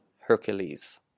Hercules